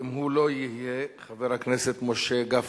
ואם הוא לא יהיה, חבר הכנסת משה גפני.